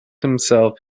himself